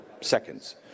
seconds